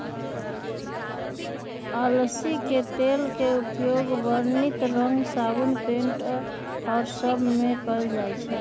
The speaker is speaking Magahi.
अलसी के तेल के उपयोग वर्णित रंग साबुन पेंट और सब में कइल जाहई